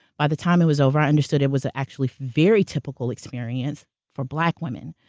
by the time it was over, i understood it was a actually very typical experience for black women,